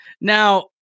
Now